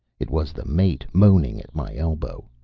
it was the mate moaning at my elbow.